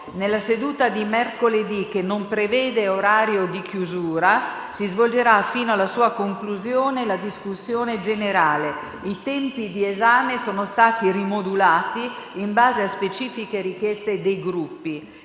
Nella seduta di mercoledì, che non prevede orario di chiusura, si svolgerà, fino alla sua conclusione, la discussione generale. I tempi di esame sono stati rimodulati in base a specifiche richieste dei Gruppi.